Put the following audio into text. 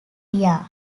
area